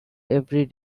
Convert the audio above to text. every